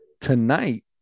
tonight